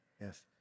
Yes